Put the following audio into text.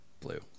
blue